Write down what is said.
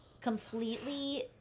completely